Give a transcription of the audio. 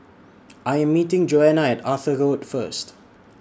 I Am meeting Joana At Arthur Road First